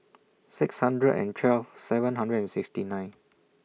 six hundred and twelve seven hundred and sixty nine